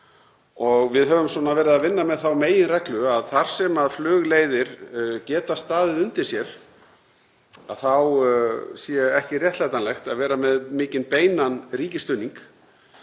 og við höfum verið að vinna með þá meginreglu að þar sem flugleiðir geta staðið undir sér sé ekki réttlætanlegt að vera með mikinn beinan ríkisstuðning.